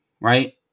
right